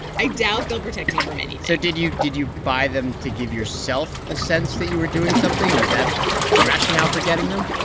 i doubt they'll protect me from anything so did you did you buy them to give yourself a sense that you were doing something? was that the rationale for getting them?